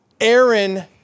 Aaron